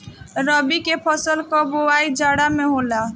रबी के फसल कअ बोआई जाड़ा में होला